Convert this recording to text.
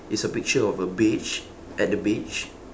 it's a picture of a beach at the beach